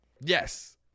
Yes